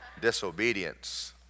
Disobedience